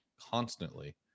constantly